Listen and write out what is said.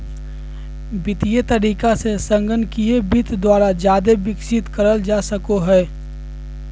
वित्तीय तरीका से संगणकीय वित्त द्वारा जादे विकसित करल जा सको हय